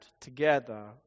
together